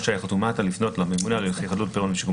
רשאי החתום מטה לפנות לממונה על הליכי חדלות פירעון ושיקום